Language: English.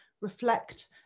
reflect